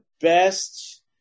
best